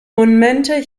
momente